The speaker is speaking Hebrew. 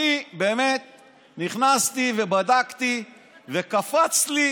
אני באמת נכנסתי ובדקתי, וקפץ לי